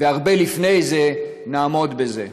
והרבה לפני זה, נעמוד בזה.